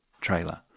trailer